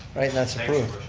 alright, and that's approved,